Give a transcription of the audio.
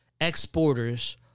exporters